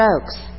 jokes